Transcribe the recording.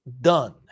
done